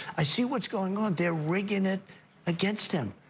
i see what's going on. they're rigging it against him.